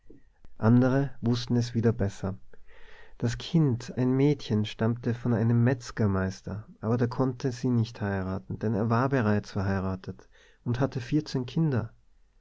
andere wußten es wieder besser das kind ein mädchen stammte von einem metzgermeister aber der konnte sie nicht heiraten denn er war bereits verheiratet und hatte vierzehn kinder